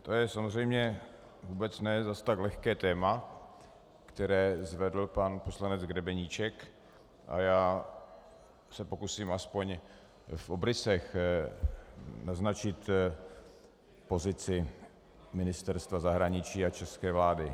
To je samozřejmě vůbec ne zas tak lehké téma, které zvedl pan poslanec Grebeníček, a já se pokusím aspoň v obrysech naznačit pozici Ministerstva zahraničí a české vlády.